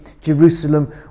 Jerusalem